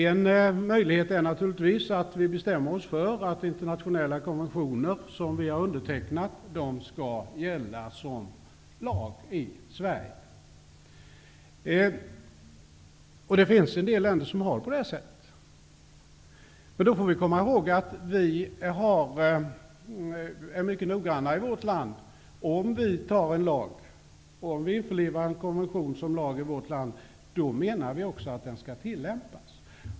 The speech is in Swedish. En möjlighet är naturligtvis att vi bestämmer oss för att internationella konventioner som vi har undertecknat skall gälla som lag i Sverige. Det finns en del länder som har sådana bestämmelser. Men då måste man komma ihåg att vi är mycket noggrannare i vårt land. Om vi införlivar en konvention i vår lagstiftning, menar vi också att den skall tillämpas.